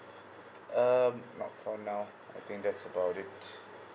um not for now I think that's about it